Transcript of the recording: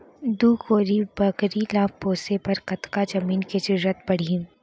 दू कोरी बकरी ला पोसे बर कतका जमीन के जरूरत पढही?